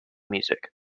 music